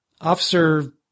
officer